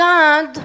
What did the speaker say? God